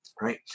right